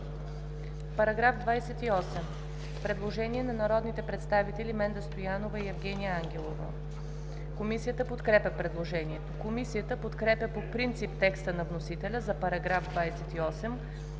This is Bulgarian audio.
По § 28 има предложение от народните представители Менда Стоянова и Евгения Ангелова. Комисията подкрепя предложението. Комисията подкрепя по принцип текста на вносителя за § 28,